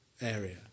area